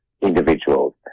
individuals